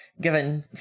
given